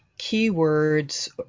keywords